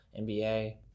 NBA